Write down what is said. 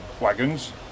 wagons